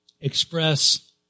express